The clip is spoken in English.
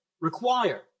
require